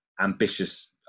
ambitious